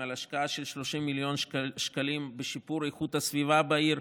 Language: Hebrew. על השקעה של 30 מיליון שקל בשיפור איכות הסביבה בעיר,